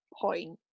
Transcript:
point